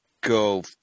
go